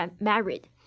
married